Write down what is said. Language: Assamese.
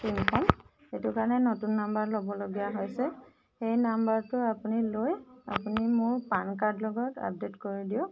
চিমখন সেইটো কাৰণে নতুন নম্বৰ ল'বলগীয়া হৈছে সেই নম্বৰটো আপুনি লৈ আপুনি মোৰ পান কাৰ্ড লগত আপডেট কৰি দিয়ক